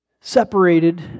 Separated